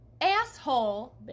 asshole